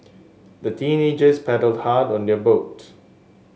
the teenagers paddled hard on their boat